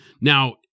Now